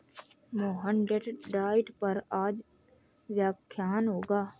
Mohan date diet पर आज व्याख्यान होगा